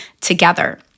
together